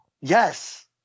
Yes